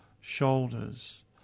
shoulders